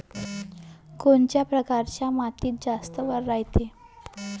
कोनच्या परकारच्या मातीत जास्त वल रायते?